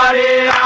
a